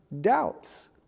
doubts